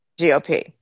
GOP